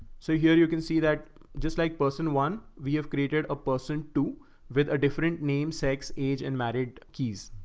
so here, you can see that just like person one. we have created a person two with a different name, sex age, and married, keys.